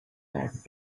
had